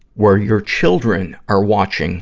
where your children are watching